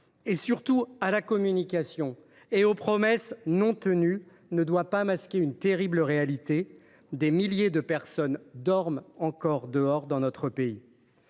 besoins de communication et des promesses non tenues, ne doit pas masquer une terrible réalité : des milliers de personnes dorment encore dehors dans notre pays.